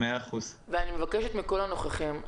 אני מבקשת מכול הנוכחים,